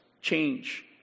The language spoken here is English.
change